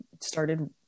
started